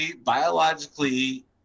Biologically